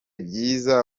byiza